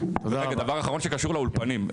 דבר אחרון שקשור לאולפנים,